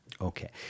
Okay